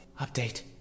Update